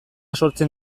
sortzen